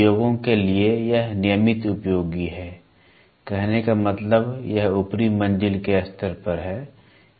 उद्योगों के लिए यह नियमित उपयोगी है कहने का मतलब यह ऊपरी मंजिल के स्तर पर है